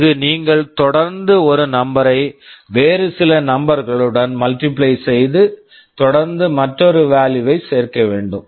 அங்கு நீங்கள் தொடர்ந்து ஒரு நம்பர் number ஐ வேறு சில நம்பர் number களுடன் மல்டிப்ளை multiply செய்து தொடர்ந்து மற்றொரு வாலுயு value வைச் சேர்க்க வேண்டும்